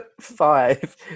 five